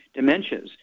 Dementias